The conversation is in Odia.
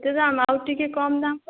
ଆଉ ଟିକିଏ କମ କର